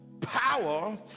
Power